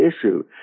issue